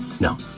No